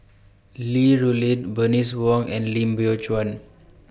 Li Rulin Bernice Wong and Lim Biow Chuan